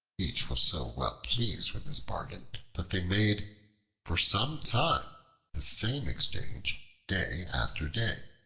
each was so well pleased with his bargain that they made for some time the same exchange day after day.